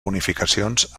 bonificacions